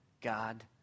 God